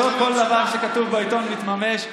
שלא כל דבר שכתוב בעיתון מתממש.